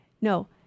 No